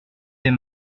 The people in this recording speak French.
des